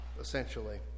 essentially